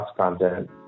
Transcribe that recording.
content